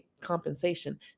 compensation